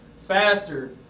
faster